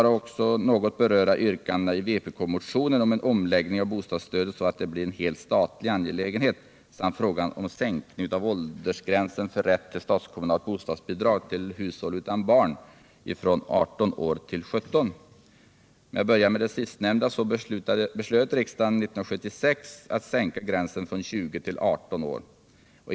Låt mig även något beröra yrkandena i vpk-motionen om en omläggning av bostadsstödet så att det blir en helt statlig angelägenhet samt frågan om sänkning av åldersgränsen för rätt till statskommunalt bostadsbidrag till hushåll utan barn från 18 till 17 år. För att börja med det sistnämnda beslöt riksdagen år 1976 att sänka 163 gränsen från 20 till 18 år.